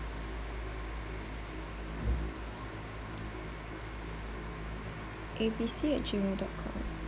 abc at gmail dot com